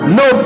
no